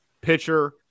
Pitcher